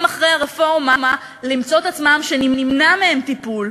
אחרי הרפורמה למצוא את עצמם שנמנע מהם טיפול,